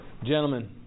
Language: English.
Gentlemen